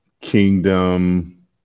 kingdom